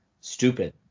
stupid